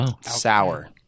sour